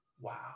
wow